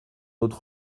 autre